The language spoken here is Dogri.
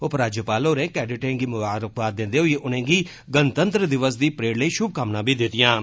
उपराज्यपाल होरें कैडेटें गी मुबारकबाद दिंदे होई उनें'गी गणतंत्र दिवस दी परेड लेई षुभकामनां बी दित्तिआं